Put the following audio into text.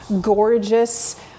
gorgeous